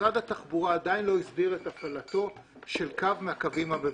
משרד התחבורה עדיין לא הסדיר את הפעלתו של קו מהקווים המבוקשים.